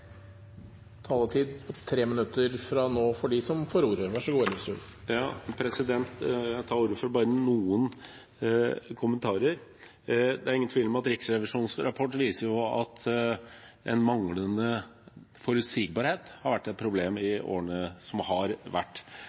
De talere som heretter får ordet, har en taletid på inntil 3 minutter. Jeg tar ordet for bare å komme med noen kommentarer. Det er ingen tvil om at Riksrevisjonens rapport viser at manglende forutsigbarhet har vært et problem i årene som har vært.